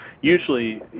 usually